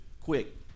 quick